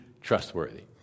trustworthy